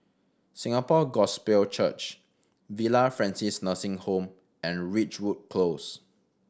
Singapore Gospel Church Villa Francis Nursing Home and Ridgewood Close